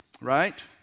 right